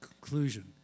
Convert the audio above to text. Conclusion